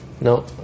No